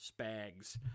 Spags